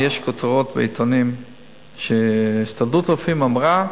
יש כותרות בעיתונים שהסתדרות הרופאים אמרה: